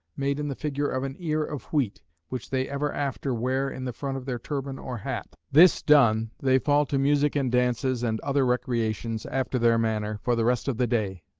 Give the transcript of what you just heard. made in the figure of an ear of wheat, which they ever after wear in the front of their turban or hat. this done, they fall to music and dances, and other recreations, after their manner, for the rest of the day.